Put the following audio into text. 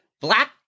Black